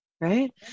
right